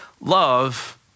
Love